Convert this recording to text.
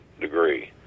degree